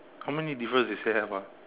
how many difference they say have ah